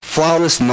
Flawless